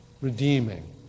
redeeming